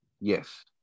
Yes